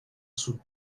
sul